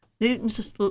Newton's